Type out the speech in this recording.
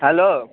hello